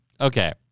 Okay